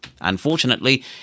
Unfortunately